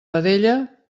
vedella